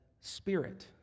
spirit